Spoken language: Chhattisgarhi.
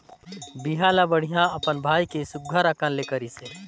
बिहा ल बड़िहा अपन भाई के सुग्घर अकन ले करिसे